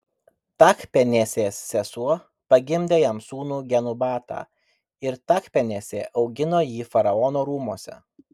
tachpenesės sesuo pagimdė jam sūnų genubatą ir tachpenesė augino jį faraono rūmuose